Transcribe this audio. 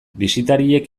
bisitariek